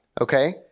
Okay